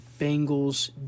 Bengals